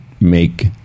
make